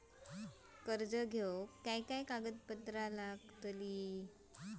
कर्ज घेऊक काय काय कागदपत्र लागतली?